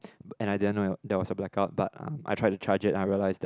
and I didn't know there was a blackout but um I tried to charge it and I realise that